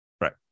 right